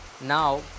Now